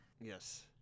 yes